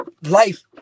life